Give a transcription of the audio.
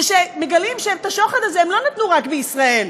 שמגלים שאת השוחד הזה הן נתנו לא רק בישראל,